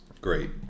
Great